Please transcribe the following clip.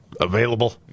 available